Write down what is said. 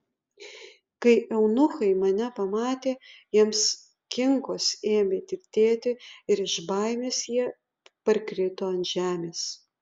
kai eunuchai mane pamatė jiems kinkos ėmė tirtėti ir iš baimės jie parkrito ant žemės